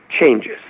changes